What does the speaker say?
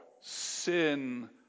sin